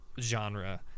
genre